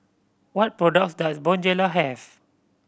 what products does Bonjela have